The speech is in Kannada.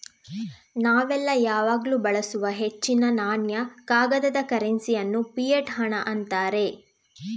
ನಾವೆಲ್ಲ ಯಾವಾಗ್ಲೂ ಬಳಸುವ ಹೆಚ್ಚಿನ ನಾಣ್ಯ, ಕಾಗದದ ಕರೆನ್ಸಿ ಅನ್ನು ಫಿಯಟ್ ಹಣ ಅಂತಾರೆ